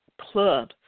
club